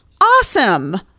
awesome